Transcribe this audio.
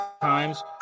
Times